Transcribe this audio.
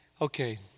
Okay